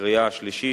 ובקריאה השלישית,